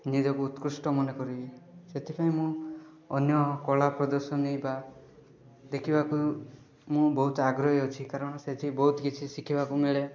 ନିଜକୁ ଉତ୍କୃଷ୍ଟ ମନେ କରିବି ସେଥିପାଇଁ ମୁଁ ଅନ୍ୟ କଳାପ୍ରଦର୍ଶନି ବା ଦେଖିବାକୁ ମୁଁ ବହୁତ ଆଗ୍ରହୀ ଅଛି କାରଣ ସେଇଠି ବହୁତ କିଛି ଶିଖିବାକୁ ମିଳେ